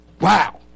Wow